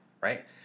right